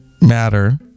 matter